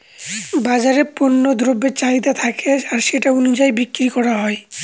বাজারে পণ্য দ্রব্যের চাহিদা থাকে আর সেটা অনুযায়ী বিক্রি করা হয়